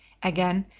again,